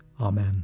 Amen